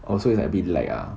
oh so it's like a bit lag ah